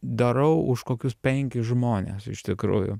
darau už kokius penkis žmones iš tikrųjų